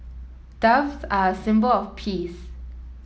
doves are a symbol of peace